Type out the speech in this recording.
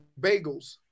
bagels